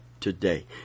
today